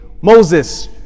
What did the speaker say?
Moses